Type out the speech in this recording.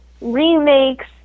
remakes